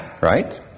right